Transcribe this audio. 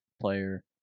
player